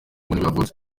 yavutse